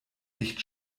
nicht